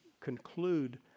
conclude